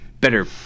better